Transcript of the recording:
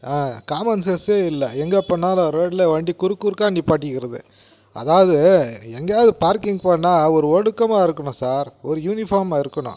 காமன்சென்ஸே இல்லை எங்கே போனாலும் ரோட்டில் வண்டி குறுக்க குறுக்க நிப்பாட்டிக்கிறது அதாவது எங்கேயாவது பார்க்கிங் போனால் ஒரு ஒழுக்கமாக இருக்கணும் சார் ஒரு யூனிஃபார்மாக இருக்கணும்